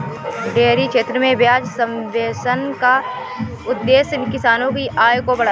dairy क्षेत्र में ब्याज सब्वेंशन का उद्देश्य किसानों की आय को बढ़ाना है